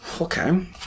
Okay